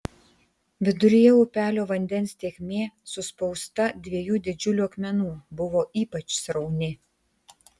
viduryje upelio vandens tėkmė suspausta dviejų didžiulių akmenų buvo ypač srauni